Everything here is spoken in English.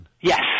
Yes